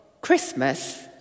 Christmas